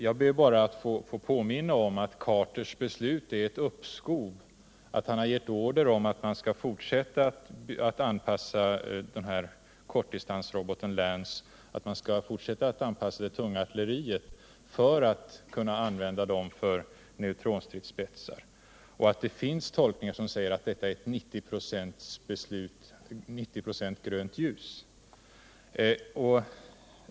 Jag ber bara att få påminna om att Carters beslut är ett uppskov, att han givit order om att man skall fortsätta att anpassa kortdistansroboten Lance, att man skall fortsätta att anpassa det tunga arutleriet för att kunna använda det för neutronstridsspetsar och att det finns tolkningar som siger att detta beslut innebär grönt ljus till 90 96.